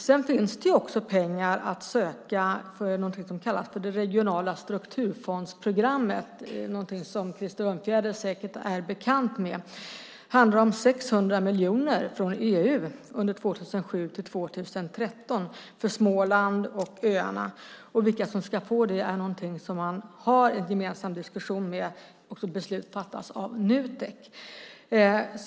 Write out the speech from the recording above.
Sedan finns det pengar att söka från någonting som kallas det regionala strukturfondsprogrammet. Det är Krister Örnfjäder säkert bekant med. Det handlar om 600 miljoner från EU under 2007-2013 för Småland och öarna. Vilka som ska få det är någonting som man har en gemensam diskussion om och som beslutas av Nutek.